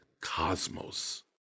cosmos